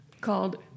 called